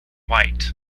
white